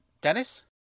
Dennis